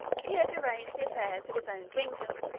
he had arranged the affairs of his own kingdom,